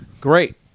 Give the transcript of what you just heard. Great